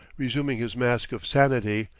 resuming his mask of sanity,